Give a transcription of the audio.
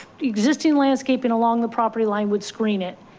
existing landscaping along the property line would screen it.